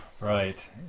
Right